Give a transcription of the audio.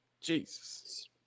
Jesus